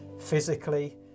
physically